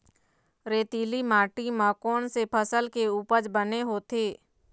रेतीली माटी म कोन से फसल के उपज बने होथे?